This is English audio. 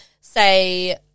say